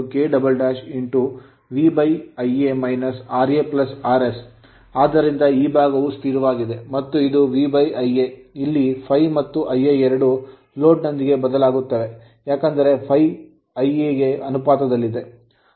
n K" V Ia - ra RS ಆದ್ದರಿಂದ ಈ ಭಾಗವು ಸ್ಥಿರವಾಗಿದೆ ಮತ್ತು ಇದು VIa ಇಲ್ಲಿ ∅ ಮತ್ತು Ia ಎರಡೂ load ಲೋಡ್ ನೊಂದಿಗೆ ಬದಲಾಗುತ್ತವೆ ಏಕೆಂದರೆ ∅ Ia ಗೆ ಅನುಪಾತದಲ್ಲಿದೆ